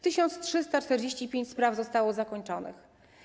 1345 spraw zostało zakończonych.